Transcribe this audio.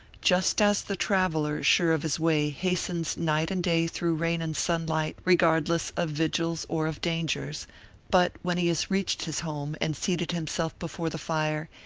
just as the traveler, sure of his way, hastens night and day through rain and sunlight, regardless of vigils or of dangers but when he has reached his home and seated himself before the fire,